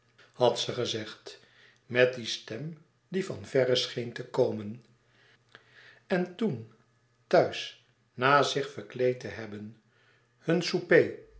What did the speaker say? had ze gezegd met die stem die van verre scheen te komen en toen thuis na zich verkleed te hebben hun souper